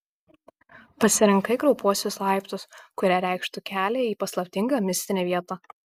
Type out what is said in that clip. pasirinkai kraupiuosius laiptus kurie reikštų kelią į paslaptingą mistinę vietą